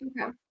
Okay